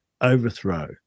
overthrow